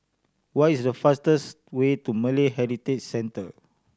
what is the fastest way to Malay Heritage Centre